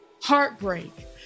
heartbreak